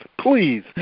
please